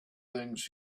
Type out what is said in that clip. things